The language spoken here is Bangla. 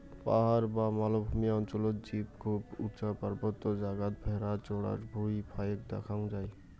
পাহাড় বা মালভূমি অঞ্চলত জীব খুব উচা পার্বত্য জাগাত ভ্যাড়া চরার ভুঁই ফাইক দ্যাখ্যাং যাই